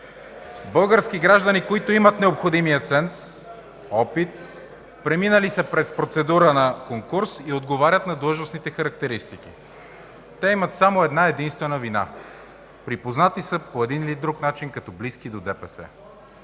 Български граждани, които имат необходимия ценз, опит, преминали са през процедура на конкурс и отговарят на длъжностните характеристики. Те имат само една-единствена вина – припознати са по един или друг начин като близки до ДПС.